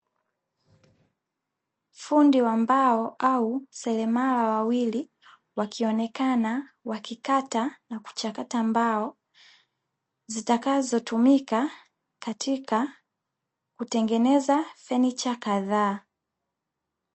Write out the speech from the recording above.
Fundi wa mbao au seremala wawili, wakionekana wakikata na kuchakata mbao, zitakazotumika au kutengeneza fanicha kadhaa.